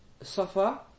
Safa